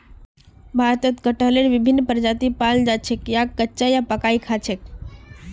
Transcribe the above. भारतत कटहलेर विभिन्न प्रजाति पाल जा छेक याक कच्चा या पकइ खा छेक